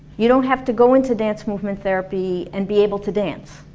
you don't have to go into dance movement therapy and be able to dance.